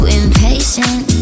impatient